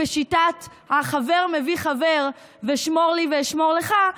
בשיטת "חבר מביא חבר" ו"שמור לי ואשמור לך",